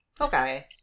Okay